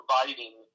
providing